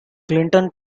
clinton